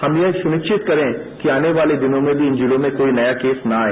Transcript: हम ये सुनिरियत करे कि आने वाले दिनों मेशी इन जिलों में कोई नया केता न आए